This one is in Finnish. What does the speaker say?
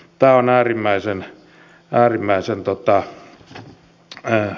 tämä on äärimmäisen hyvä näin